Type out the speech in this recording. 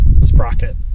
sprocket